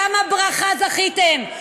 בכמה ברכה זכיתם,